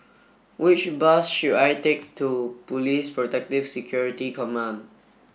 which bus should I take to Police Protective Security Command